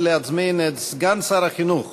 סגן שר החינוך